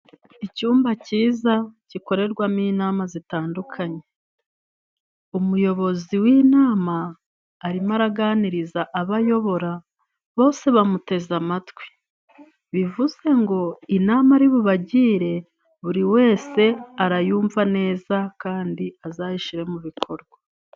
Icyumba cyiza gikorerwamo inama zitandukanye umuyobozi w'inama arimo araganiriza abo ayobora bose bamuteze amatwi bivuze ngo inama ari bubagire buri wese arayumva neza kandi azayishire mu bikorwa.